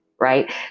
Right